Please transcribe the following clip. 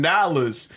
Dollars